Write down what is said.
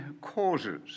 causes